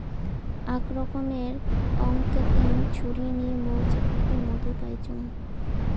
আক রকমের অংক্যাপিং ছুরি নিয়ে মৌচাক থাকি মধু পাইচুঙ